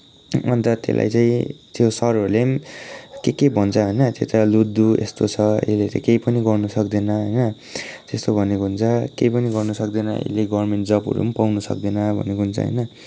अन्त त्यसलाई चाहिँ त्यो सरहरूले पनि के के भन्छ होइन त्यो चाहिँ लद्दु यस्तो छ यसले त केही पनि गर्नु सक्दैन होइन त्यस्तो भनेको हुन्छ केही पनि गर्नु सक्दैन यसले गभर्मेन्ट जबहरू पनि पाउनु सक्दैन भनेको हुन्छ होइन